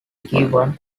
given